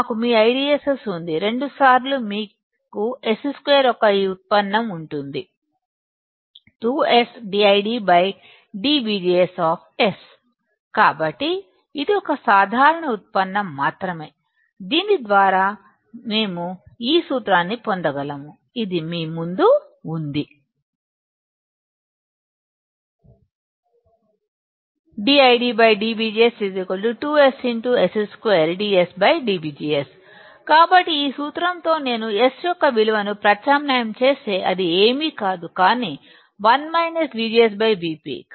మాకు మీ IDSS ఉంది 2 సార్లు మీకు S2 యొక్క ఈ ఉత్పన్నం ఉంటుంది 2S dID dVGS కాబట్టి ఇది ఒక సాధారణ ఉత్పన్నం మాత్రమే దీని ద్వారా మేము ఈ సూత్రాన్ని పొందగలం ఇది మీ ముందు ఉంది dIDdVGS 2SS2S dSdVGS కాబట్టి ఈ సూత్రం తో నేను S యొక్క విలువను ప్రత్యామ్నాయం చేస్తే అది ఏమీ కాదు కానీ 1 VGS V p